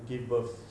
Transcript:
give birth